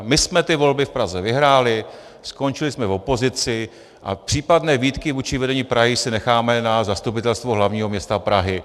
My jsme volby v Praze vyhráli, skončili jsme v opozici a případné výtky vůči vedení Prahy si necháme na Zastupitelstvo hlavního města Prahy.